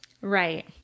Right